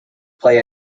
play